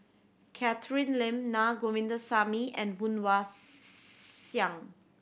Catherine Lim Na Govindasamy and Woon Wah Siang